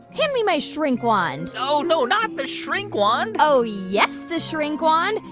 hand me my shrink wand oh, no, not the shrink wand oh, yes, the shrink wand.